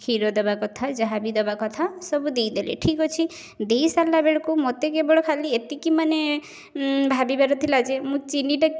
କ୍ଷୀର ଦେବା କଥା ଯାହା ବି ଦେବା କଥା ସବୁ ଦେଇଦେଲେ ଠିକ୍ ଅଛି ଦେଇ ସାରିଲା ବେଳକୁ ମୋତେ କେବଳ ଖାଲି ଏତିକି ମାନେ ଭାବିବାର ଥିଲା ଯେ ମୁଁ ଚିନିଟା